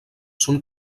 són